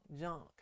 junk